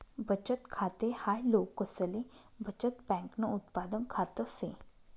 बचत खाते हाय लोकसले बचत बँकन उत्पादन खात से